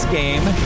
game